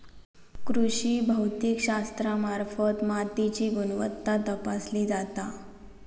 कृषी भौतिकशास्त्रामार्फत मातीची गुणवत्ता तपासली जाता